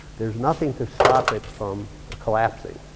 there's nothing to stop it from collapsing.